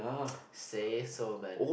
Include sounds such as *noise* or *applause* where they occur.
*noise* say so man